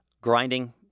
grinding